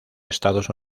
estados